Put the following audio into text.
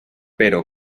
pero